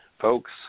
Folks